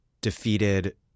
defeated